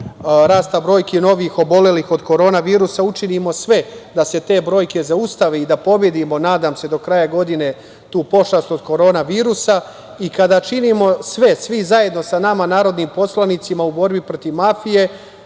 rasta brojki sada novoobolelih od korona virusa učinimo sve da se te brojke zaustave i da pobedimo, nadam se, do kraja godine tu pošast od korona virusa i kada činimo sve svi zajedno sa nama narodnim poslanicima u borbi protiv mafije,